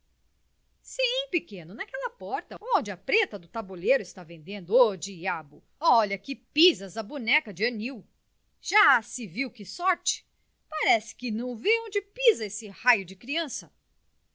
sim pequeno naquela porta onde a preta do tabuleiro está vendendo ó diabo olha que pisas a boneca de anil já se viu que sorte parece que não vê onde pisa este raio de criança